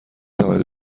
توانید